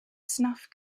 snuff